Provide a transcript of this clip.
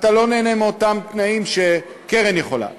אתה לא נהנה מאותם תנאים שקרן יכולה.